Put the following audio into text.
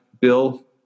Bill